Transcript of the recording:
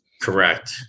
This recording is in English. Correct